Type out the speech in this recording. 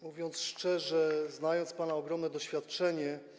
Mówiąc szczerze, znając pana ogromne doświadczenie.